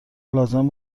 لازم